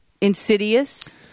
insidious